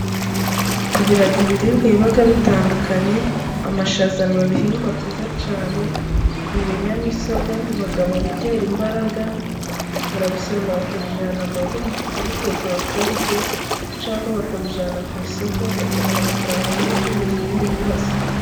Tugira ibiribwa biba bitandukanye, amashaza n'ibihingwa byiza cyane, n'ibinyamisogwe biba mu bitera imbaraga, barabisoroma bakabijyana mu rugo bakabiteka bakabirya, cyangwa bakabijjyana ku isoko, bakabona amafaranga yo gukemuraza ibindi bibazo.